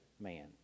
man